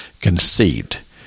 conceived